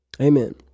Amen